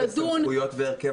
אנחנו דנים בסמכויות והרכב